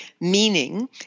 meaning